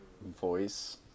Voice